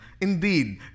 indeed